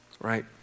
Right